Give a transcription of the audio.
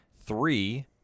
Three